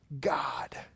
God